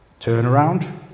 turnaround